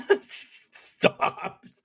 Stop